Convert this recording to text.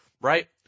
right